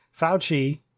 Fauci